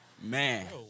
Man